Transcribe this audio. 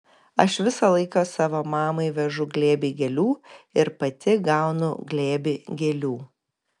aš visą laiką savo mamai vežu glėbį gėlių ir pati gaunu glėbį gėlių